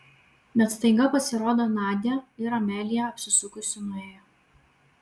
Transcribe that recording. bet staiga pasirodė nadia ir amelija apsisukusi nuėjo